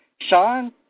Sean